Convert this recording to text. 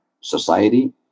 society